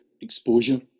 exposure